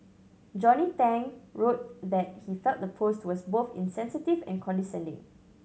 Johnny Tang wrote that he felt the post was both insensitive and condescending